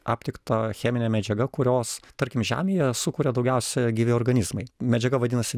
aptikta cheminė medžiaga kurios tarkim žemėje sukuria daugiausia gyvi organizmai medžiaga vadinasi